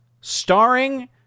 Starring